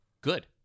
good